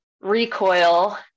recoil